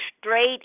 straight